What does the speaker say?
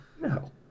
No